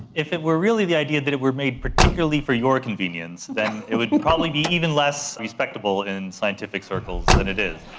if it were really the idea that it were made particularly for your convenience, then it would probably be even less respectable in scientific circles than it is.